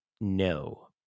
no